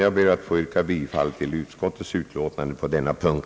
Jag ber att få yrka bifall till utskottets hemställan på denna punkt.